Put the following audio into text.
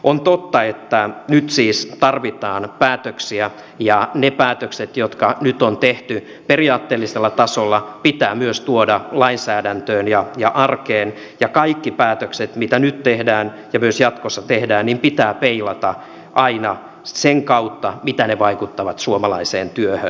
on totta että nyt siis tarvitaan päätöksiä ja ne päätökset jotka nyt on tehty periaatteellisella tasolla pitää myös tuoda lainsäädäntöön ja arkeen ja kaikki päätökset mitä nyt tehdään ja myös jatkossa tehdään pitää peilata aina sen kautta mitä ne vaikuttavat suomalaiseen työhön